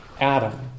Adam